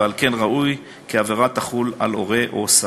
ועל כן ראוי כי העבירה תחול על הורה ועל סב.